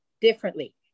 differently